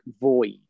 void